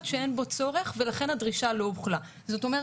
שאין בו צורך ולכן הדרישה לא הובאה.